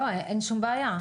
לא, אין שום בעיה.